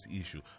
issue